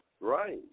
Right